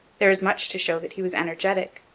there is much to show that he was energetic.